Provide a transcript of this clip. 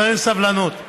צריך סבלנות.